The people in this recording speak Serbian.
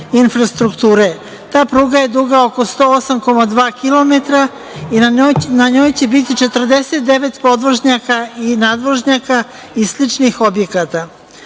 Ta pruga je duga oko 108,2 km i na njoj će biti 49 podvožnjaka i nadvožnjaka i sličnih objekata. Htela